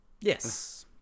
Yes